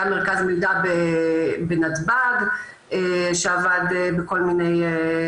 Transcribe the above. היה מרכז מידע בנתב"ג שעבד בכל מיני